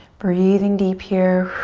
breathing deep here.